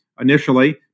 initially